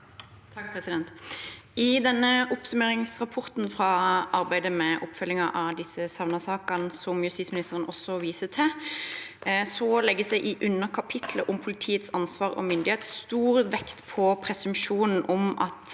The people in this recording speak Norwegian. (V) I opp- summeringsrapporten fra arbeidet med oppfølgingen av disse savnetsakene, som justisministeren også viser til, legges det i underkapitlet om politiets ansvar og myndighet stor vekt på presumpsjonen om at